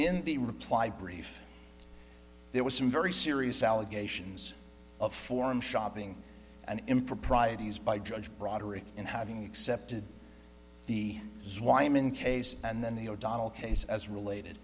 in the reply brief there was some very serious allegations of forum shopping and improprieties by judge broderick in having accepted the zwei human case and then the o'donnell case as related